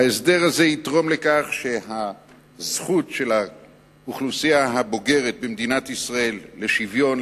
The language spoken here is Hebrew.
ההסדר הזה יתרום לכך שהזכות של האוכלוסייה הבוגרת במדינת ישראל לשוויון,